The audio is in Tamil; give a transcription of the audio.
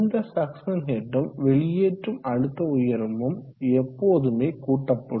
இந்த சக்சன் ஹெட்டும் வெளியேற்றும் அழுத்த உயரமும் எப்போதுமே கூட்டப்படும்